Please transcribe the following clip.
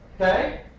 okay